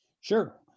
sure